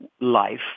life